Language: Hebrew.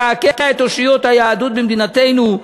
לקעקע את אושיות היהדות במדינתנו.